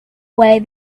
away